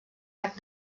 arc